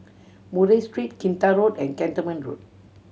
Murray Street Kinta Road and Cantonment Road